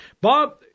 Bob